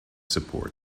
support